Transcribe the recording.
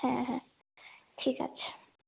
হ্যাঁ হ্যাঁ ঠিক আছে